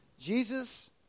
Jesus